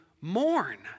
mourn